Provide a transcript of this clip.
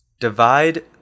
Divide